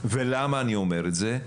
ולמה אני אומר את זה?